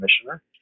commissioner